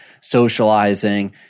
socializing